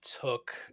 took